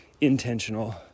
intentional